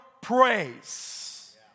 praise